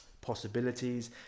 possibilities